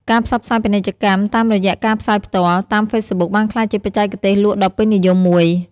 ការផ្សព្វផ្សាយពាណិជ្ជកម្មតាមរយៈការផ្សាយផ្ទាល់ តាមហ្វេសប៊ុកបានក្លាយជាបច្ចេកទេសលក់ដ៏ពេញនិយមមួយ។